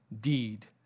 deed